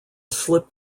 slip